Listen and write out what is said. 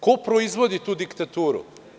Ko proizvodi tu diktaturu?